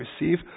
receive